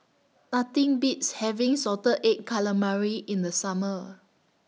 Nothing Beats having Salted Egg Calamari in The Summer